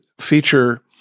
feature